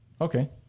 okay